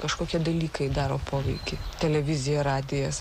kažkokie dalykai daro poveikį televizija radijas